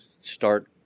start